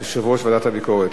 יושב-ראש ועדת הביקורת.